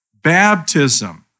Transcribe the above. baptism